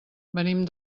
venim